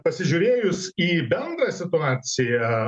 pasižiūrėjus į bendrą situaciją